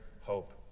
hope